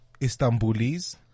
Istanbulis